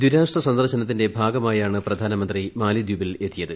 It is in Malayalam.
ദിരാഷ്ട്ര സന്ദർശന ത്തിന്റെ ഭാഗമായാണ് പ്രധാനമന്ത്രി മാലി ദ്വീപിലെത്തിയത്